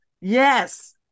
Yes